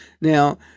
Now